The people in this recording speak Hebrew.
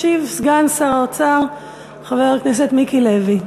ישיב סגן שר האוצר חבר הכנסת מיקי לוי.